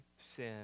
sin